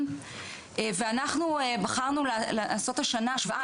ואנחנו בחרנו לעשות השנה השוואה,